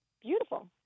beautiful